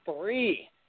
three